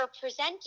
presented